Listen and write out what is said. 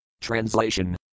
Translation